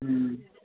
हम्म